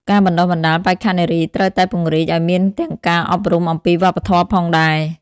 ការបណ្តុះបណ្តាលបេក្ខនារីត្រូវតែពង្រីកឲ្យមានទាំងការអប់រំអំពីវប្បធម៌ផងដែរ។